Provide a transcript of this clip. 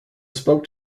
spoke